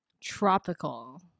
Tropical